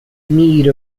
need